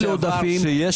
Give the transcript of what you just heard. עודפים.